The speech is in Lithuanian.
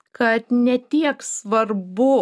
kad ne tiek svarbu